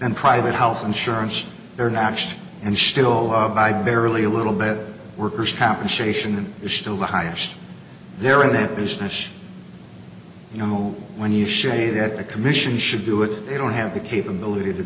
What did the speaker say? and private health insurance they're not just and still by barely a little bit workers compensation is still the highest there in that business you know when you shave that the commission should do it they don't have the capability to